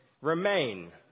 remain